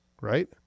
Right